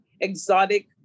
exotic